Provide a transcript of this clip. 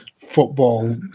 football